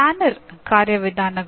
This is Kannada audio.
ಪ್ಲ್ಯಾನರ್ ಕಾರ್ಯವಿಧಾನಗಳ